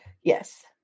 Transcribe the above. Yes